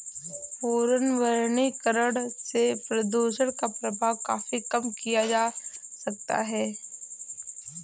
पुनर्वनीकरण से प्रदुषण का प्रभाव काफी कम किया जा सकता है